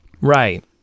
Right